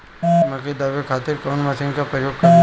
मकई दावे खातीर कउन मसीन के प्रयोग कईल जाला?